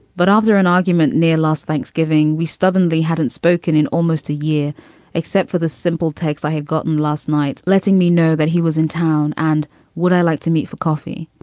but after an argument near last thanksgiving, we stubbornly hadn't spoken in almost a year except for the simple takes i had gotten. last night's letting me know that he was in town and would i like to meet for coffee?